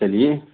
चलिए